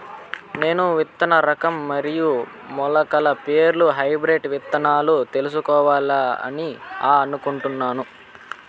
నేను విత్తన రకం మరియు మొలకల పేర్లు హైబ్రిడ్ విత్తనాలను తెలుసుకోవాలని అనుకుంటున్నాను?